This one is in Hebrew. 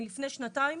לפני שנתיים,